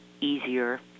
easier